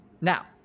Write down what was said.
Now